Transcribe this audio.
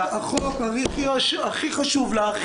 החוק הכי חשוב לה,